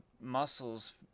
muscles